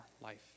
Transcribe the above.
life